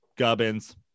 gubbins